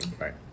right